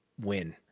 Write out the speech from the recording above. win